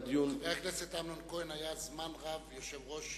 חבר הכנסת אמנון כהן היה זמן רב יושב-ראש